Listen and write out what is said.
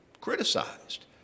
criticized